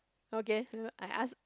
okay uh I ask